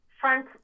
Frank